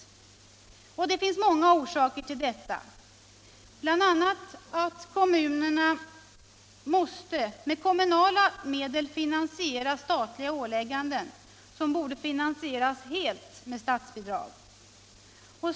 Det finns många orsaker till detta, bl.a. att kommunerna måste med kommunala medel finansiera statliga ålägganden, som borde finansieras helt med statsbidrag.